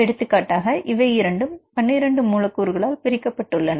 எடுத்துக்காட்டாக இவை இரண்டும் 12 மூலக்கூறுகளால் பிரிக்கப்பட்டுள்ளன